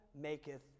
maketh